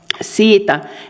siitä